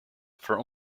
for